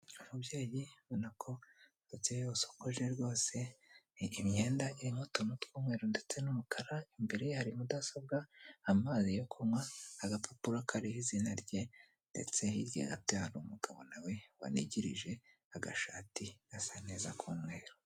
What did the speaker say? umubyeyi ubona ko yakeye, yasokoje rwose, imyenda irimo utuntu tw'umweru ndetse n'umukara, imbere ye hari mudasobwa, amazi yo kunywa agapapuro kariho izina rye ndetse hirya ye hari umugabo na we wanigirije agashati gasa neza k'umweru.